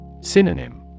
Synonym